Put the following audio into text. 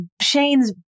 Shane's